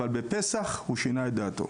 אבל בפסח הוא שינה את דעתו.